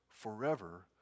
forever